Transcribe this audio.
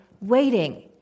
waiting